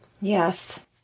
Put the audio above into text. Yes